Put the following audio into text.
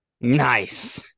Nice